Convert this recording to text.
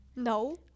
No